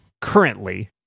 currently